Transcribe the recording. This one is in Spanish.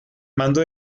mando